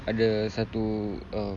ada satu uh